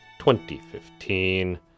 2015